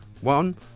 one